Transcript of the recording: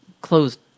closed